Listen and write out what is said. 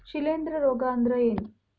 ಶಿಲೇಂಧ್ರ ರೋಗಾ ಅಂದ್ರ ಏನ್?